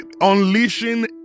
unleashing